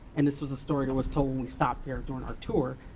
and this was a story that was told when we stopped there during our tour,